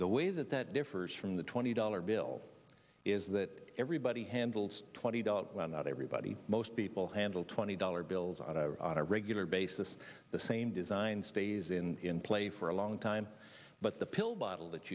the way that that differs from the twenty dollar bill is that everybody handles twenty dollars well not everybody most people handle twenty dollars bills on a regular basis the same design stays in play for a long time but the pill bottle that